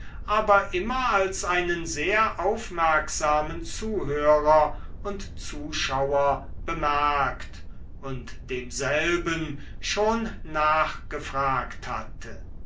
aber immer als einen sehr aufmerksamen zuhörer und zuschauer bemerkt und demselben schon nachgefragt hatte